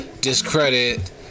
discredit